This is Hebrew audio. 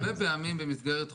הרבה פעמים במסגרת חוקים,